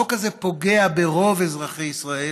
החוק הזה פוגע ברוב אזרחי ישראל,